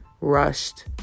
rushed